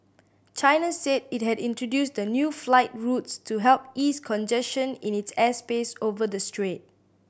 China said it had introduced the new flight routes to help ease congestion in its airspace over the strait